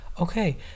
Okay